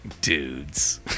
Dudes